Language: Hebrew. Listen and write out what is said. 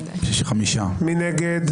מי נגד?